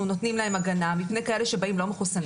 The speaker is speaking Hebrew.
נותנים להם הגנה מפני כאלה שבאים לא מחוסנים.